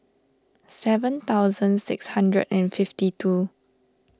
seven thousand six hundred and fifty two